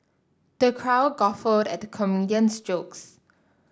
the crowd guffawed at the comedian's jokes